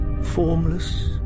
formless